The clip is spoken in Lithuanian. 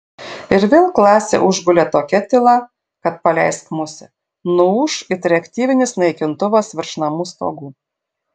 ir vėl klasę užgulė tokia tyla kad paleisk musę nuūš it reaktyvinis naikintuvas virš namų stogų